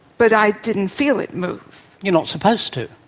but i didn't feel it move. you're not supposed to.